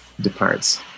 departs